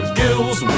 gills